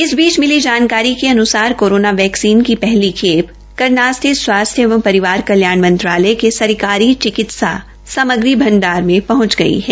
इस बीच मिली जानकारी के अन्सार कोरोना वैक्सीन की हली खेल करनाल स्थित स्वास्थ्य एवं रिवार कल्याण मंत्रालय के सरकारी चिकित्सा सामग्री भंडार हूंच गई है